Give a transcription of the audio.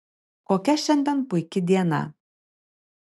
kokia šiandien puiki diena